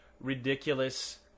ridiculous